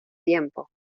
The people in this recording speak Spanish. tiempo